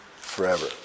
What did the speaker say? forever